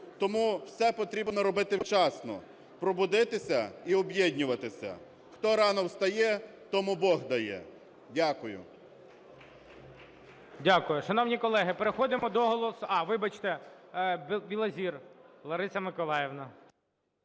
Тому все потрібно робити вчасно, пробудитися і об'єднуватися. Хто рано встає – тому Бог дає. Дякую.